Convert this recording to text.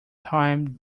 time